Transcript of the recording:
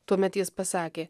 tuomet jis pasakė